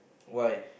why